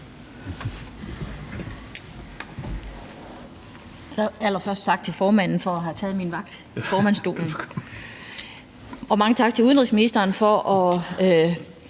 Allerførst tak til formanden for at have taget min vagt i formandsstolen. Og mange tak til udenrigsministeren for at